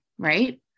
right